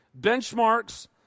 Benchmarks